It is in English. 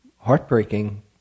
heartbreaking